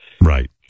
Right